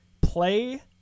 play